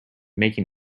making